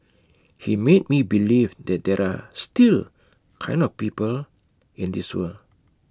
he made me believe that there are still kind of people in this world